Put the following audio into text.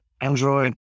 Android